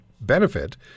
benefit